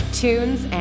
tunes